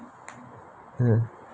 uh